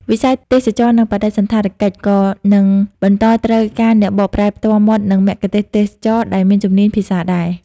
វិស័យទេសចរណ៍ និងបដិសណ្ឋារកិច្ច ក៏នឹងបន្តត្រូវការអ្នកបកប្រែផ្ទាល់មាត់ និងមគ្គុទ្ទេសក៍ទេសចរណ៍ដែលមានជំនាញភាសាដែរ។